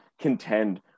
contend